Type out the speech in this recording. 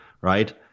right